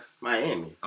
Miami